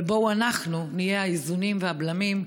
אבל בואו אנחנו נהיה האיזונים והבלמים,